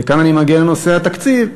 וכאן אני מגיע לנושא התקציב.